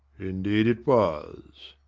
indeed it was.